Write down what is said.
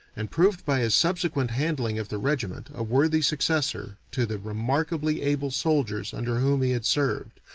and proved by his subsequent handling of the regiment a worthy successor to the remarkably able soldiers under whom he had served,